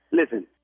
listen